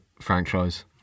franchise